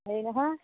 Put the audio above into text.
হেৰি নহয়